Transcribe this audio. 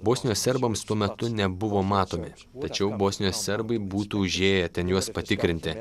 bosnijos serbams tuo metu nebuvo matomi tačiau bosnijos serbai būtų užėję ten juos patikrinti